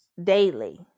daily